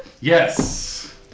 Yes